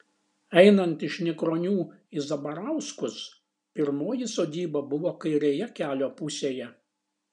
einant iš nikronių į zabarauskus pirmoji sodyba buvo kairėje kelio pusėje